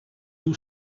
two